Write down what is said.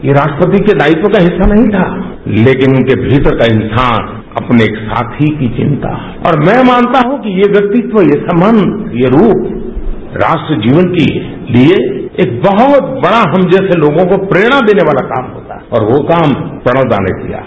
ये राष्ट्रपति के दायित्व का हिस्सा नहीं था लंकिन उनके भीतर का इंसान अपने एक साथी की विंता है और मैं मानता हूं कि ये व्यक्तित्व ये संबंध ये रूप राष्ट्र जीवन के लिए एक बहुत बड़ा हम जैसे लोगों को प्रेरणा देने वाला काम है और वो काम प्रणब दा ने किया है